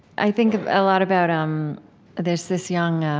i think a lot about um there's this young,